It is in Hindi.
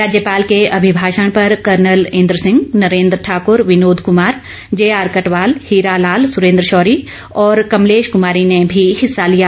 राज्यपाल के अभिभाषण पर कर्नल इंद्र सिंह नरेंद्र ठाकुर विनोद कुमार जेआर कटवाल हीरा लाल सुरेंद्र शौरी और कमलेश कुमारी ने भी हिस्सा लिया